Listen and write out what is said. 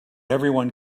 everyone